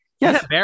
Yes